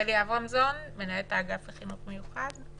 רחלי אברמזון, מנהלת האגף לחינוך מיוחד.